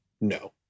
no